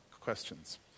questions